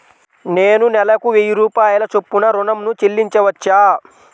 నేను నెలకు వెయ్యి రూపాయల చొప్పున ఋణం ను చెల్లించవచ్చా?